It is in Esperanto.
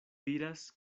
diras